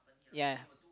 ya